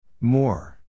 more